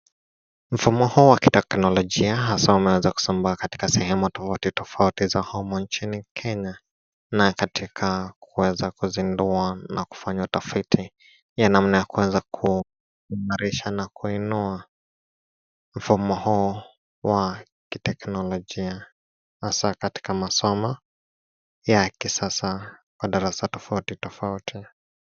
Mfumo huu wa kiteknolojia haswa umeanza kusambaa katika sehemu tofauti za humu nchini Kenya, na katika kuweza kuzindua na kufanya utafiti ya namna ya kuweza kuimarisha na kuinua mfumo huu wa kiteknolojia hasa katika masomo ya kisasa madarasa tofauti tofauti.